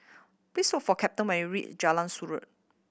please look for Captain when you reach Jalan Surau